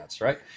right